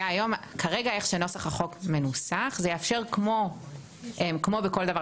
כרגע איך שנוסח החוק מנוסח זה יאפשר כמו בכל דבר